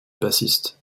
bassiste